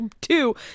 Two